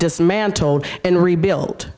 dismantled and rebuilt